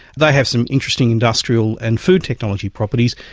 they have some interesting industrial and food technology properties,